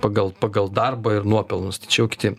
pagal pagal darbą ir nuopelnus tai čia jau kiti